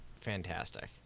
fantastic